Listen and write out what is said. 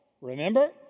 remember